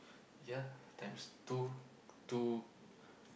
yeah times two two